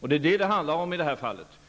Det är vad det handlar om i det här fallet.